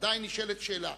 עדיין נשאלת שאלה.